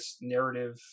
narrative